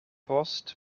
post